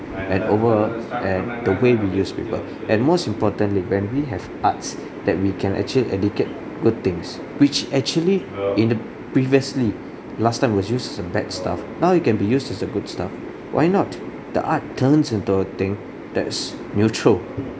and over and the way we use people and most importantly when we have arts that we can actually educate good things which actually in the previously last time was used for some bad stuff now it can be used as a good stuff why not the art turns into a thing that's neutral